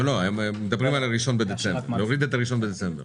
הם מדברים על 1 בדצמבר, על הורדת הרף מ-1 בדצמבר.